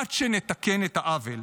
עד שנתקן את העוול.